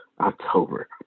October